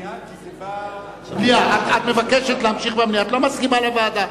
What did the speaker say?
מליאה, כי זה בא, אני מסכימה למליאה.